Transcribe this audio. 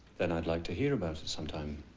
then i'd like to hear about it sometime.